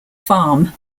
farm